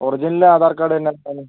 original Aadhaar card തന്നെ